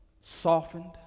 softened